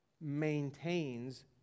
maintains